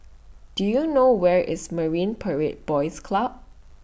Do YOU know Where IS Marine Parade Boys Club